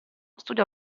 studiò